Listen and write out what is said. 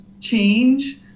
change